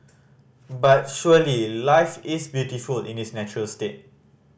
but surely life is beautiful in its natural state